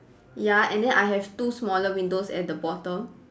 ya and then I have two smaller windows at the bottom